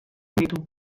ditu